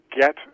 get